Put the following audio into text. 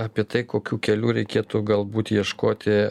apie tai kokių kelių reikėtų galbūt ieškoti